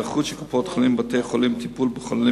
היערכות של קופות-חולים ובתי-חולים לטיפול בחולים